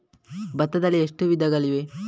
ಭತ್ತಗಳಲ್ಲಿ ಎಷ್ಟು ವಿಧಗಳಿವೆ?